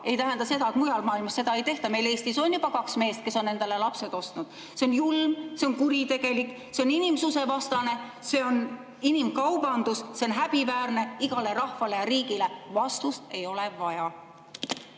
ei tähenda seda, et mujal maailmas seda ei tehta. Meil Eestis on juba kaks meest, kes on endale lapsed ostnud. See on julm, see on kuritegelik, see on inimsusevastane, see on inimkaubandus. See on häbiväärne igale rahvale ja riigile. Vastust ei ole vaja.